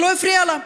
זה לא הפריע לה,